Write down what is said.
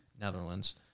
Netherlands